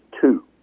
two